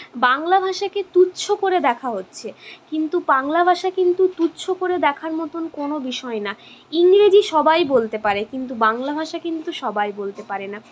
বাংলা ভাষাকে তুচ্ছ করে দেখা হচ্ছে কিন্তু বাংলা ভাষা কিন্তু তুচ্ছ করে দেখার মতন কোনও বিষয় না ইংরেজি সবাই বলতে পারে কিন্তু বাংলা ভাষা কিন্তু সবাই বলতে পারে না